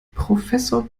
professor